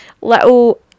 little